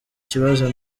kibazo